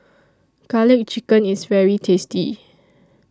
Garlic Chicken IS very tasty